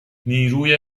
نیروی